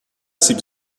سیب